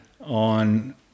on